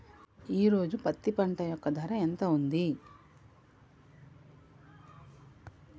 ఈ రోజు పత్తి పంట యొక్క ధర ఎంత ఉంది?